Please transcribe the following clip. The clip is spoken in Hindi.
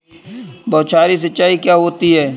बौछारी सिंचाई क्या होती है?